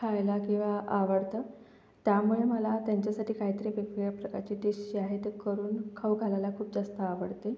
खायला किंवा आवडतं त्यामुळे मला त्यांच्यासाठी कायतरी वेगवेगळ्या प्रकारचे डिश जे आहे ते करून खाऊ घालायला खूप जास्त आवडते